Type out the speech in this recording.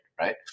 right